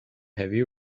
heavy